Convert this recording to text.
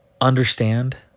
understand